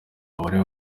umubare